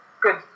good